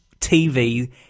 TV